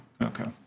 Okay